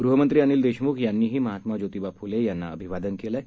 गृहमंत्री अनिल देशम्ख यांनीही महात्मा ज्योतिबा फुले यांना अभिवादन केलं आहे